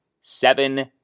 seven